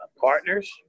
partners